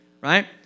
right